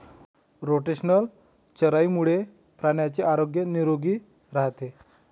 rotational चराईमुळे प्राण्यांचे आरोग्य निरोगी राहते